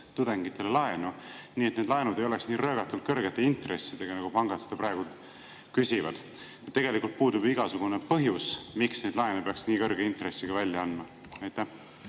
tudengitele laenu nii, et need laenud ei oleks nii röögatult kõrgete intressidega, nagu pangad praegu küsivad? Tegelikult puudub igasugune põhjus, miks neid laene peaks nii kõrge intressiga välja andma. Aitäh!